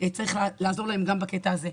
צריך לעזור להם גם בקטע הזה.